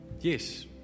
Yes